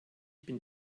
bin